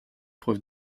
preuve